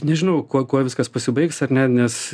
nežinau kuo kuo viskas pasibaigs ar ne nes